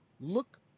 look